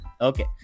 Okay